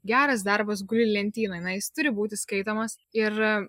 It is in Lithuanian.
geras darbas guli lentynoj na jis turi būti skaitomas ir